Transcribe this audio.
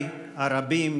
בארמנותיך.